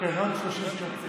עוד 30 שניות.